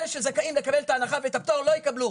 אלה שזכאים לקבל את ההנחה ואת הפטור לא יקבלו.